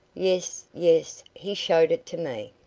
yes, yes he showed it to me.